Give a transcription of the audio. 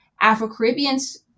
Afro-Caribbeans